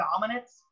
dominance